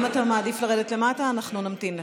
אם אתה מעדיף לרדת למטה אנחנו נמתין לך.